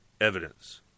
evidence